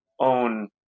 own